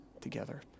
together